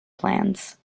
plans